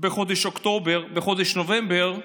בחודש אוקטובר, בחודש נובמבר,